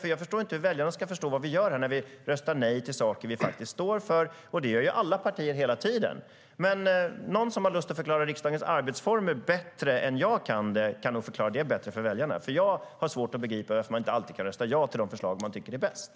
Hur ska väljarna förstå vad vi gör när vi röstar nej till saker vi står för? Det gör ju alla partier hela tiden. Den som förstår riksdagens arbetsformer bättre än vad jag gör kan nog förklara det bättre för väljarna, för jag har svårt att begripa varför vi inte alltid kan rösta ja till de förslag som vi tycker är bäst.